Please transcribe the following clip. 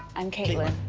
i'm caitlin.